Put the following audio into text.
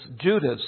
Judas